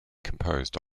composed